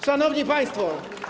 Szanowni Państwo!